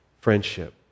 friendship